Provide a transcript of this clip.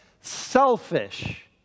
selfish